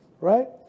right